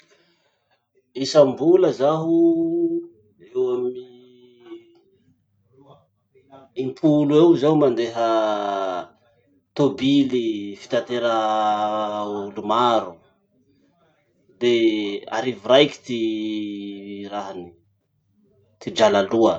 Isam-bola zaho, eo amy impolo eo zaho mandeha tobily fitateraha olo maro. De arivo raiky ty rahany, ty drala aloa.